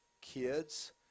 kids